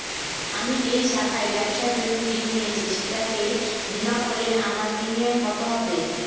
আমি এই শাখায় ব্যবসার জন্য ঋণ নিয়েছি সেটাকে বিমা করলে আমার প্রিমিয়াম কত হবে?